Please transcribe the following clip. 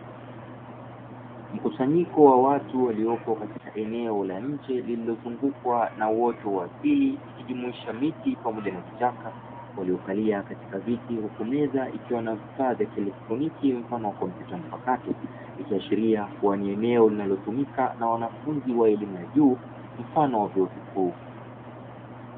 Mkusanyiko wa watu waliopo katika eneo la nje lililozungukwa na uoto wa asili ikijumuisha miti pamoja na vichaka, wakikalia katika viti huku meza zikiwa na vifaa vya kielektroniki mfano wa kompyuta mpakato, ikiashiria ni eneo linalotumika na wanafunzi wa elimu ya juu mfano wa vyuo vikuu.